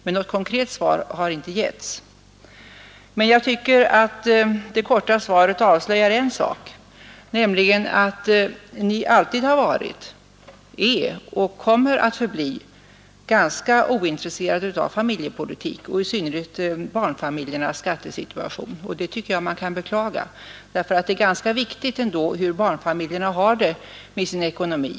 Men något konkret svar har som sagt inte givits. Det korta svaret avslöjar emellertid en sak, nämligen att Ni alltid har varit, är och kommer att förbli ganska ointresserad av familjepolitik, i synnerhet av barnfamiljernas skattesituation. Det kan man beklaga; det är ändå ganska viktigt hur barnfamiljerna i det här landet har det med sin ekonomi.